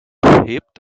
hebt